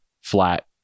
flat